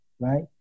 right